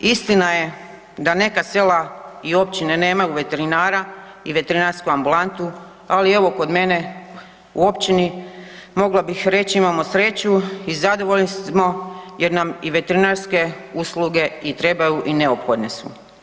Istina je da neka sela i općine nemaju veterinara i veterinarsku ambulantu, ali evo kod mene u općini mogla bih reći imamo sreću i zadovoljni smo jer nam i veterinarske usluge i trebaju i neophodne su.